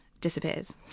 disappears